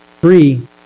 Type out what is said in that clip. Free